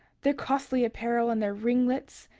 their costly apparel, and their ringlets,